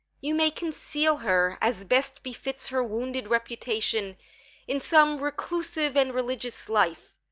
you may conceal her as best befits her wounded reputation in some reclusive and religious life,